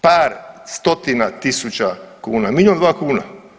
Par stotina tisuća kuna, milijun, dva kuna.